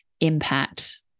impact